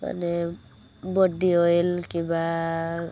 ମାନେ ବଡ଼ି ଅଏଲ୍ କିମ୍ବା